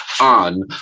on